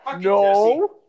No